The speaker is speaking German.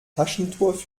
taschentuch